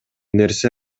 нерсе